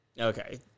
Okay